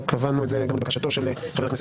וקבענו את זה גם לבקשתו של חבר הכנסת